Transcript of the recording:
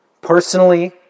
personally